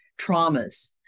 traumas